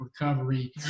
recovery